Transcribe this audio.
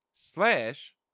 slash